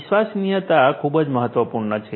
વિશ્વસનીયતા ખૂબ જ મહત્વપૂર્ણ છે